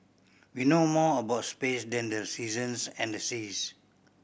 we know more about space than the seasons and the seas